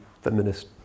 feminist